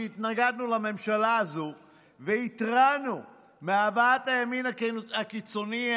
שהתנגדנו לממשלה הזו והתרענו מהבאת הימין הקיצוני,